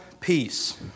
peace